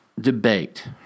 debate